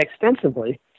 extensively